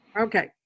Okay